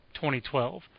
2012